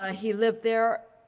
ah he lived there,